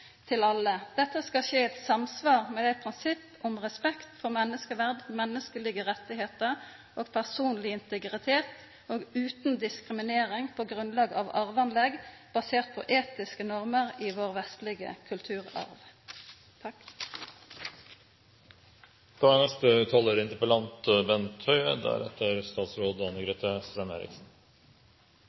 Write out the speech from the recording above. til alle. Dette skal skje i samsvar med eit prinsipp om respekt for menneskeverd, menneskelege rettar og personleg integritet og utan diskriminering på grunnlag av arveanlegg, basert på etiske normer i vår vestlege kulturarv.